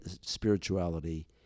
spirituality